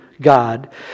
God